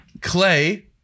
Clay